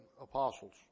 apostles